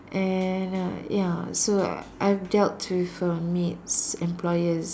and uh ya so I've dealt with uh maids employers